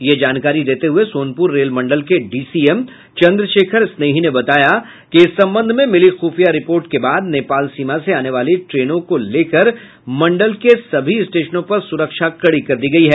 ये जानकारी देते हुये सोनपुर रेल मंडल के डीसीएम चंद्रशेखर स्नेही ने बताया कि इस संबंध में मिली ख़्फिया रिपोर्ट के बाद नेपाल सीमा से आने वाली ट्रेनों को लेकर मंडल की सभी स्टेशनों पर सुरक्षा कड़ी कर दी गयी है